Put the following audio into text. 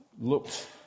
looked